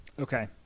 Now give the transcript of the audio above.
Okay